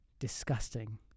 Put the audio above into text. disgusting